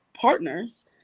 partners